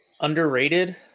Underrated